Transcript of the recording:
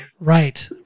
Right